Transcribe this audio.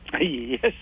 Yes